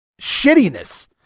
shittiness